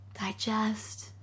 digest